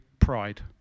pride